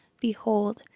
Behold